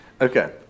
Okay